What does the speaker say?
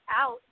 out